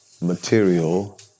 material